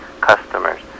customers